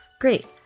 Great